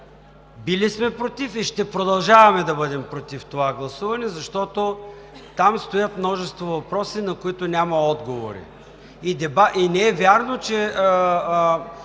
били сме „против“ и ще продължаваме да бъдем „против“ това гласуване, защото там стоят множество въпроси, на които няма отговори. Не е вярно, че